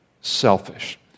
selfish